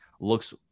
looks